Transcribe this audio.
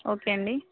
okay అండి